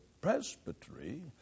presbytery